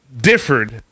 differed